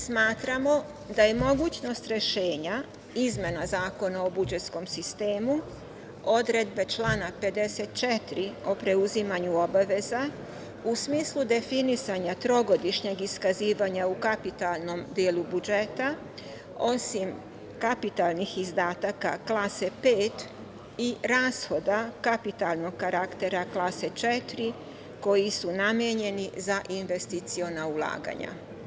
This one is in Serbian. Smatramo da je mogućnost rešenja izmena Zakona o budžetskom sistemu, odredbe člana 54. o preuzimanju obaveza, u smislu definisanja trogodišnjeg iskazivanja u kapitalnom delu budžeta, osim kapitalnih izdataka Klase 5 i rashoda kapitalnog karaktera Klase 4 koji su namenjeni za investiciona ulaganja.